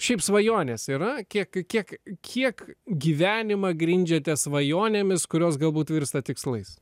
šiaip svajonės yra kiek tiek kiek gyvenimą grindžiate svajonėmis kurios galbūt virsta tikslais